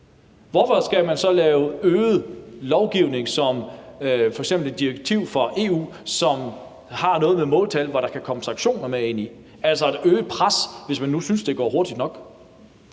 Hvorfor skal man så have yderligere lovgivning som f.eks. et direktiv fra EU, som indeholder noget med måltal, og som kan indebære sanktioner? Hvorfor skabe et øget pres, hvis man nu synes, at det går hurtigt nok?